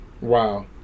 Wow